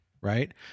Right